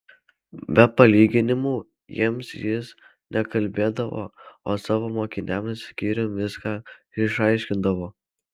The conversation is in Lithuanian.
be palyginimų jiems jis nekalbėdavo o savo mokiniams skyrium viską išaiškindavo